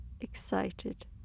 Excited